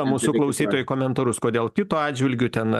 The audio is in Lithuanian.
mūsų klausytojų komentarus kodėl kito atžvilgiu ten